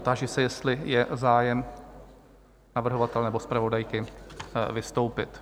Táži se, jestli je zájem navrhovatele nebo zpravodajky vystoupit?